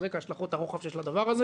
על רקע השלכות הרוחב שיש לדבר הזה